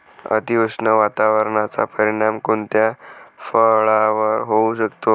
अतिउष्ण वातावरणाचा परिणाम कोणत्या फळावर होऊ शकतो?